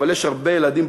אבל יש הרבה ילדים,